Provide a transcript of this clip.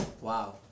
Wow